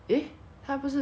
没有做东西